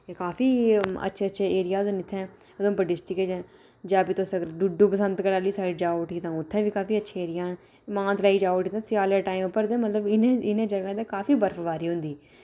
ते काफी अच्छे अच्छे एरिया न इत्थै उधमपुर डिस्ट्रिक च जां फ्ही तुस अगर डुडु बसंतगढ़ आह्ली साइड जाओ उठी तां उत्थै बी काफी अच्छे एरिया न मानतलाई जा उठी स्याले टाइम उप्पर ते मतलब इ'नें इ'नें जगहं ते काफी बर्फ बारी होंदी